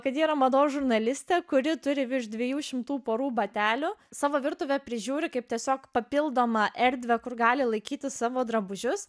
kad ji yra mados žurnalistė kuri turi virš dviejų šimtų porų batelių savo virtuve prižiūri kaip tiesiog papildomą erdvę kur gali laikyti savo drabužius